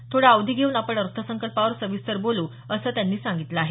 थोडा अवधी घेऊन आपण अर्थसंकल्पावर सविस्तर बोलू असं त्यांनी सांगितलं आहे